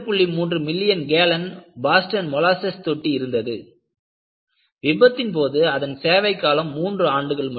3 million gallon Boston molasses தொட்டி இருந்ததுவிபத்தின் போது அதன் சேவை காலம் 3 ஆண்டுகள் மட்டுமே